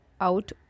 out